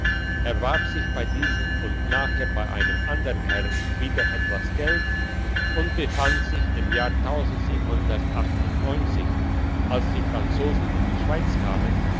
erwarb sich bei diesem und nachher bei einem andern herrn wieder etwas geld und befand sich im jahr als die franzosen in die schweiz kamen